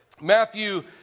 Matthew